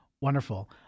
Wonderful